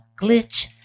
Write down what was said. Glitch